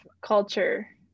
culture